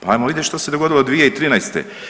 Pa ajmo vidjet što se dogodilo 2013.